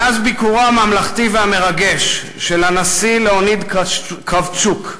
מאז ביקורו הממלכתי והמרגש של הנשיא ליאוניד קרבצ'וק,